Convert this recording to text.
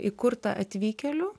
įkurta atvykėlių